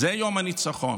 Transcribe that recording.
זה יום הניצחון.